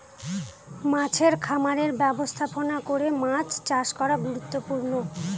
মাছের খামারের ব্যবস্থাপনা করে মাছ চাষ করা গুরুত্বপূর্ণ